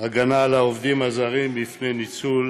הגנה על העובדים הזרים מפני ניצול